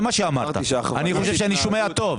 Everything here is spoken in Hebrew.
אני שומע טוב.